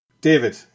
David